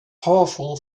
powerful